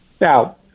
Now